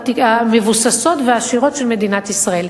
המבוססות והעשירות של מדינת ישראל.